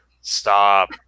Stop